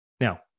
now